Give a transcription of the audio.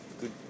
good